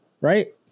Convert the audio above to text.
right